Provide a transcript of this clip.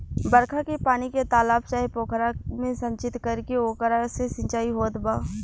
बरखा के पानी के तालाब चाहे पोखरा में संचित करके ओकरा से सिंचाई होत बा